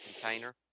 container